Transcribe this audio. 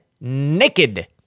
naked